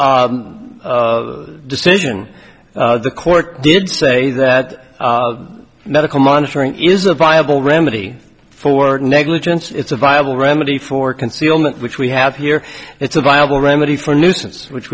below decision the court did say that medical monitoring is a viable remedy for negligence it's a viable remedy for concealment which we have here it's a viable remedy for nuisance which